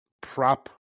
prop